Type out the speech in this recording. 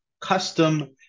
custom